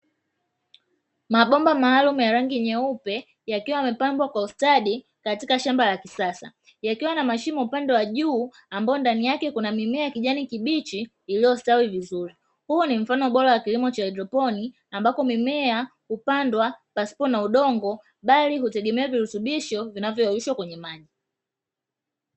Mabomba maalumu ya rangi nyeupe yakiwa yamepangwa kwa ustadi katika shamba la kisasa yakiwa na mashimo upande wa juu ambapo ndani yake kuna mimea ya kijani kibichi iliyostawi vizuri, huo ni mfano bora wa kilimo cha haidroponi, ambapo mimea hupandwa pasipo na udongo bali hutegemea virutubisho vinavyo pitishwa kwebye maji.